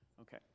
Okay